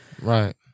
right